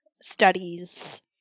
studies